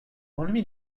m’ennuie